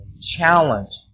challenge